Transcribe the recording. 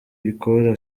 ikora